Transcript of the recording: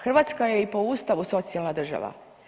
Hrvatska je i po ustavu socijalna država.